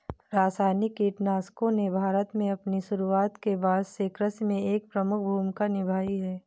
रासायनिक कीटनाशकों ने भारत में अपनी शुरूआत के बाद से कृषि में एक प्रमुख भूमिका निभाई है